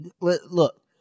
Look